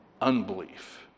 unbelief